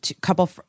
couple